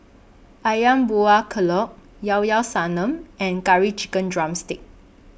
Ayam Buah Keluak Ilao Ilao Sanum and Curry Chicken Drumstick